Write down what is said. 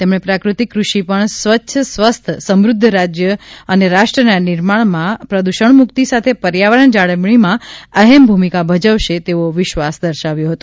તેમણે પ્રાકૃતિક કૃષિ પણ સ્વચ્છ સ્વસ્થ સમૃદ્ધ રાજ્ય રાષ્ટ્રના નિર્માણમાં અને પ્રદૂષણમુકતી સાથે પર્યાવરણ જાળવણીમાં અહેમ ભૂમિકા ભજવશે તેવો વિશ્વાસ દર્શાવ્યો હતો